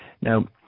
now